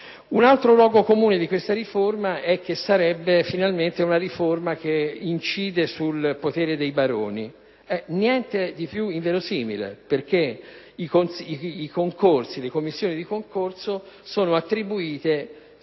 Un altro luogo comune di questa riforma è che finalmente inciderebbe sul potere dei baroni. Niente di più inverosimile, perché le commissioni di concorso sono attribuite